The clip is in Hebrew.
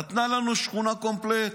נתנה לנו שכונה קומפלט.